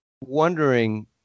wondering